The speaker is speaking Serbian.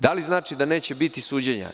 Da li znači da neće biti suđenja?